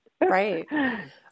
Right